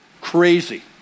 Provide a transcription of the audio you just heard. Crazy